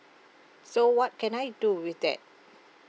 so what can I do with that